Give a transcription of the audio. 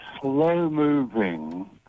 slow-moving